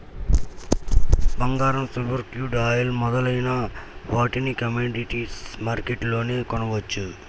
బంగారం, silver, crude oil మొదలైన వాటిని కమోడిటీస్ మార్కెట్లోనే కొనవచ్చు